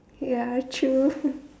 ya I choose